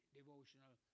devotional